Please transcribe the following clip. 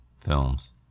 films